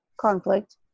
conflict